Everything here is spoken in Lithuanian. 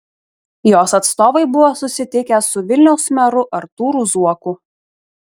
jos atstovai buvo susitikę su vilniaus meru artūru zuoku